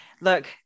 Look